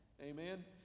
Amen